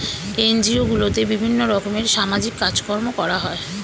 NGO গুলোতে বিভিন্ন রকমের সামাজিক কাজকর্ম করা হয়